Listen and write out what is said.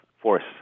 force